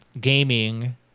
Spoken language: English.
gaming